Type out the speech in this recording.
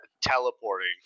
Teleporting